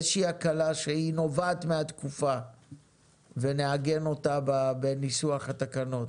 איזה שהיא הקלה שהיא נובעת מהתקופה ונעגן אותה בניסוח התקנות.